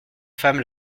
femme